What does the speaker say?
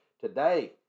today